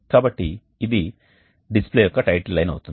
కాబట్టి ఇది డిస్ప్లే యొక్క టైటిల్ లైన్ అవుతుంది